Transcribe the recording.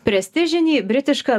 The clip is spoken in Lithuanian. prestižinį britišką